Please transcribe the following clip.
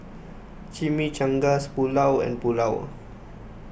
Chimichangas Pulao and Pulao